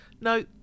No